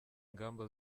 ingamba